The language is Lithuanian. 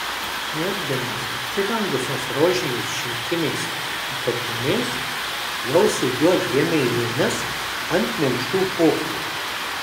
merginos apsirengusios rožiniais šilkiniais apatiniais jau sėdėjo dviem eilėmis ant minkštų pufų